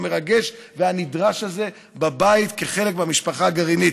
המרגש והנדרש הזה בבית כחלק מהמשפחה הגרעינית.